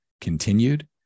continued